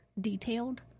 detailed